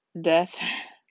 death